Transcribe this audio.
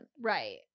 Right